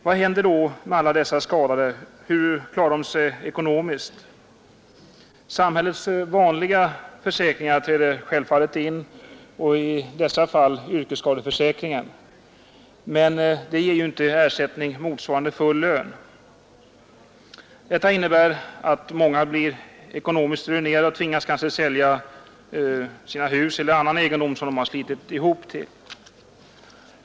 Vad händer då med alla dessa skadade? Hur klarar de sig ekonomiskt? Samhällets vanliga försäkringar träder självfallet in, i dessa fall yrkesskadeförsäkringen, men den ger inte ersättning motsvarande full lön. Detta innebär att många blir ekonomiskt ruinerade. De tvingas kanske att sälja sina hus eller annan egendom som de har slitit ihop till.